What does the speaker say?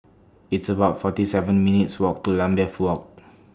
It's about forty seven minutes' Walk to Lambeth Walk